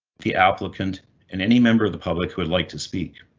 the applicant and any member of the public who would like to speak.